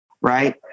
Right